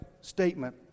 statement